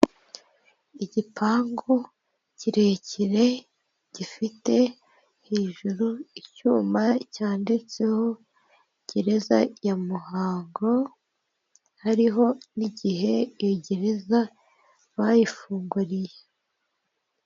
Igipangu kirekire gifite hejuru icyuma cyanditseho gereza ya Muhanga, hariho n'igihe iyi gereza bayifunguriye.